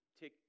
take